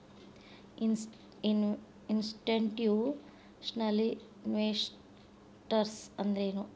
Institutional investors ಅಂದ್ರೇನು?